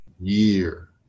year